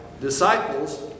disciples